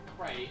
right